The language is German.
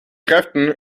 kräften